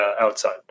outside